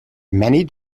many